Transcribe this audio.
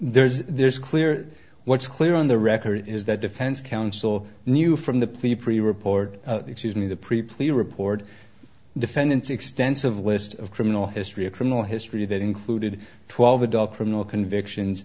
sentencing there's a clear what's clear on the record is that defense counsel knew from the plea pre report excuse me the preplan report defendant's extensive list of criminal history a criminal history that included twelve adult criminal convictions